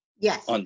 Yes